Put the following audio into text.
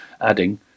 adding